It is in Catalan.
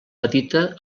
petita